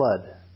blood